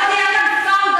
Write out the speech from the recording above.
לא תהיה כאן פאודה.